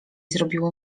zrobiło